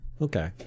Okay